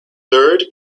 third